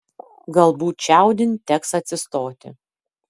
galbūt čiaudint teks atsistoti